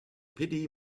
pity